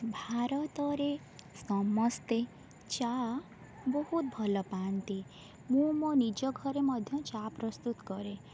ଭାରତରେ ସମସ୍ତେ ଚା' ବହୁତ ଭଲ ପାଆନ୍ତି ମୁଁ ମୋ ନିଜ ଘରେ ମଧ୍ୟ ଚା' ପ୍ରସ୍ତୁତ କରେ